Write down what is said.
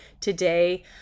today